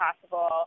possible